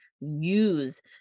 use